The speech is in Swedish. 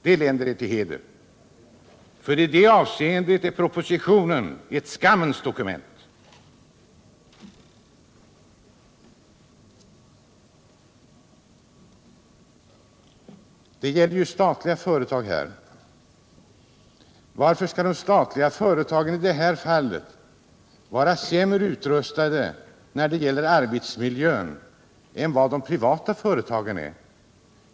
Det länder honom till heder, för i det avseendet är propositionen ett skammens dokument. Det gäller ju statliga företag här. Varför skall de statliga företagen vara sämre utrustade i fråga om arbetsmiljön än de privata företagen är?